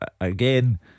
Again